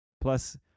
Plus